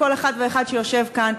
לכל אחד ואחד שיושב כאן,